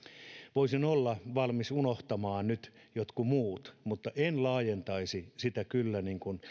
voisin olla valmis unohtamaan nyt jotkut muut mutta en laajentaisi sitä kyllä